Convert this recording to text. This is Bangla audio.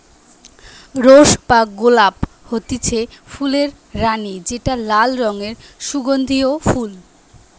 রোস বা গোলাপ হতিছে ফুলের রানী যেটা লাল রঙের সুগন্ধিও ফুল